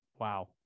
wow